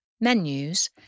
Menus